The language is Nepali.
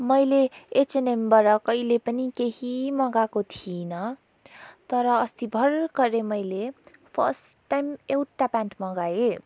मैले एचएनएमबाट कहिल्यै पनि केही मगाएको थिइनँ तर अस्ति भर्खरै मैले फर्स्ट टाइम एउटा प्यान्ट मगाएँ